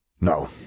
No